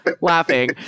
laughing